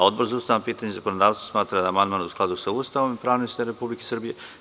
Odbor za ustavna pitanja i zakonodavstvo smatra da je amandman u skladu sa Ustavom i pravnim sistemom Republike Srbije.